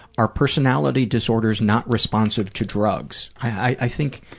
our personality disorder is not responsive to drugs. i think